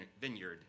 vineyard